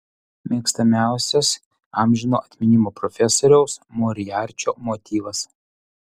mėgstamiausias amžino atminimo profesoriaus moriarčio motyvas